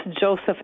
Joseph